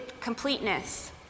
completeness